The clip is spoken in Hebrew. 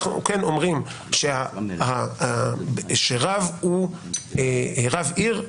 אנחנו כן אומרים שרב הוא רב עיר,